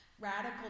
Radical